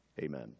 amen